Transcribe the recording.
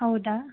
ಹೌದಾ